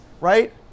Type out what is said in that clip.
right